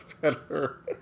better